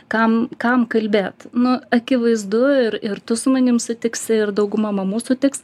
kam kam kalbėt nu akivaizdu ir ir tu su manim sutiksi ir dauguma mamų sutiks